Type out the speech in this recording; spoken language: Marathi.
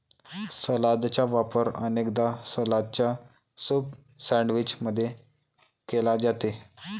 सलादचा वापर अनेकदा सलादच्या सूप सैंडविच मध्ये केला जाते